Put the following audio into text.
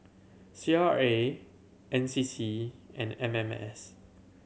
C R A N C C and M M S